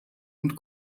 und